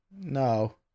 No